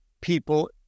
people